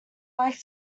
like